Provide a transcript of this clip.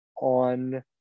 on